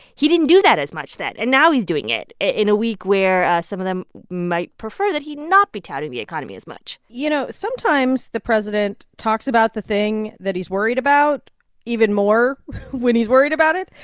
he didn't do that as much then. and now he's doing it in a week where some of them might prefer that he not be touting the economy as much you know, sometimes, the president talks about the thing that he's worried about even more when he's worried about it.